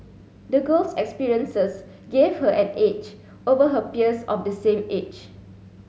the girl's experiences gave her an edge over her peers of the same age